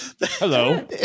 Hello